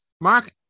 mark